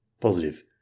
Positive